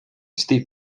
steve